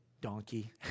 donkey